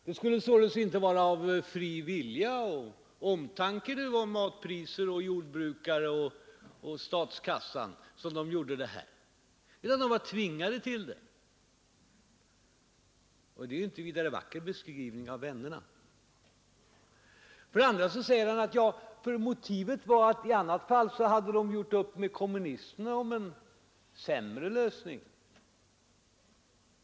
Det skulle således inte vara av fri vilja och omtanke om matpriserna, jordbrukare och statskassan som de gjorde den, utan de var tvingade till det. Det är ju inte någon vidare vacker beskrivning av vännerna. Vidare säger herr Bohman att motivet var att socialdemokraterna annars hade gjort upp med kommunisterna om en sämre lösning.